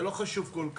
לא חשוב כל כך.